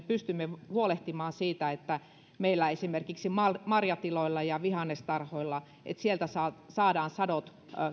pystymme huolehtimaan että meillä esimerkiksi marjatiloilta ja vihannestarhoilta saadaan sadot